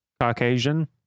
Caucasian